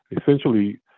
Essentially